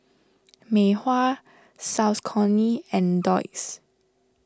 Mei Hua Saucony and Doux